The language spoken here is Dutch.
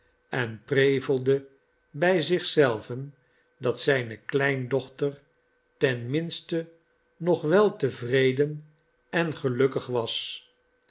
en prevelde bij zich zelven dat zijne kleindochter ten minste nog weltevreden en gelukkig was